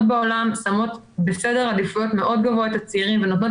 מדינות בעולם שמות בסדר עדיפות מאוד גבוה את הצעירים ונותנות